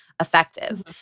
Effective